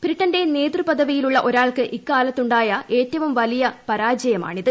ബ്രിട്ടന്റെ നേതൃപദവിയിലുള്ള ഒരാൾക്ക് ഇക്കാലത്തുണ്ടായ ഏറ്റവും വലിയ പരാജയവുമാണിത്